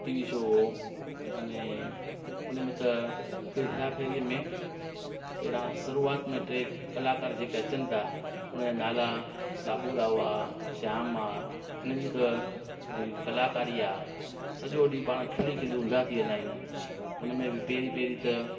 T V show हुओ अने उनमें त फिर हेरा फेरीअ में पहिरां सुरूआत में टे कलाकार जेके अचनि था उन जा नाला बाबू रावा श्याम आहे उननि जी त जेकि कलाकारी आहे सॼो ॾींहुं पाण खिली खिली ऊंधा थी वेंदा आहियूं उनमें बि पहरीं पहरीं त